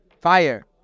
fire